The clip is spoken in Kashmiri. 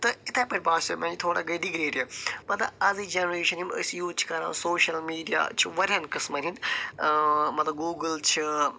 تہٕ یتھٕے پٲٹھۍ باسٮ۪و مےٛ یہِ تھوڑا گٔے ڈِگریڈ یہِ مطلب أزِکۍ جنریشن یِم أسۍ یوٗز چھِ کَران سوشل میڈیا چھُ واریاہن قٕسمن ہٕنٛدۍ مطب گوٗگُل چھِ